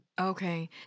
Okay